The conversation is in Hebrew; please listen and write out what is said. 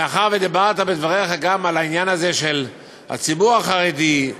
שמאחר שדיברת בדבריך גם על הציבור החרדי,